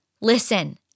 Listen